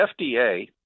FDA